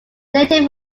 native